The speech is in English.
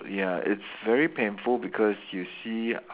ya it's very painful because you see